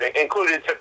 included